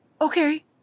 okay